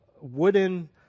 wooden